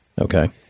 Okay